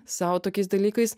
sau tokiais dalykais